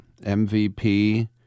MVP